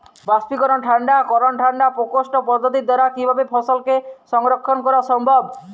বাষ্পীকরন ঠান্ডা করণ ঠান্ডা প্রকোষ্ঠ পদ্ধতির দ্বারা কিভাবে ফসলকে সংরক্ষণ করা সম্ভব?